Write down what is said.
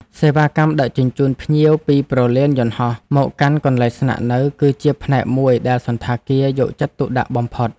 សេវាកម្មដឹកជញ្ជូនភ្ញៀវពីព្រលានយន្តហោះមកកាន់កន្លែងស្នាក់នៅ គឺជាផ្នែកមួយដែលសណ្ឋាគារយកចិត្តទុកដាក់បំផុត។